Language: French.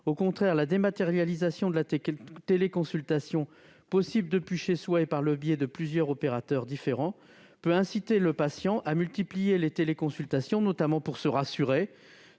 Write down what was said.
Au contraire, la dématérialisation inhérente à ce type de consultations, possibles depuis chez soi et par le biais de plusieurs opérateurs différents, peut inciter le patient à multiplier les téléconsultations, notamment pour se rassurer